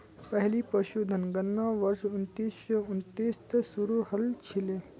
पहली पशुधन गणना वर्ष उन्नीस सौ उन्नीस त शुरू हल छिले